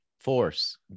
force